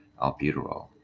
albuterol